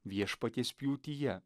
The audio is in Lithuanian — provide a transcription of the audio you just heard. viešpaties pjūtyje